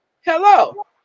hello